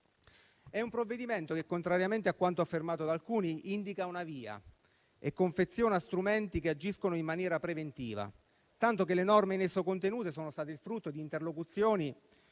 è un provvedimento che, contrariamente a quanto affermato da alcuni, indica una via e confeziona strumenti che agiscono in maniera preventiva, tanto che le norme in esso contenute sono state il frutto di interlocuzioni